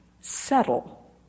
settle